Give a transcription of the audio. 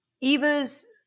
Eva's